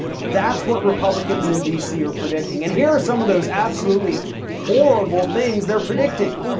that's what republicans in d c. are predicting and here are some of those absolutely horrible things they're predicting.